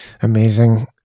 Amazing